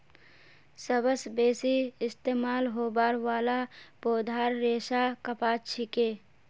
सबस बेसी इस्तमाल होबार वाला पौधार रेशा कपास छिके